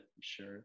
sure